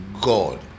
God